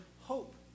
hope